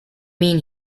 mean